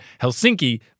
Helsinki